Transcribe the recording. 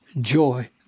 joy